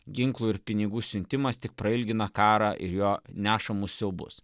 ginklų ir pinigų siuntimas tik prailgina karą ir jo nešamus siaubus